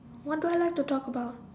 what do I like to talk about